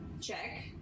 check